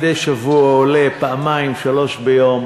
מדי שבוע עולה פעמיים-שלוש ביום